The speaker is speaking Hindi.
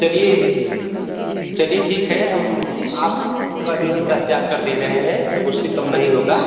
चलिए चलिए ठीक है हम अपका जो है दस हजार कर दे रहे हैं अब उससे कम नहीं होगा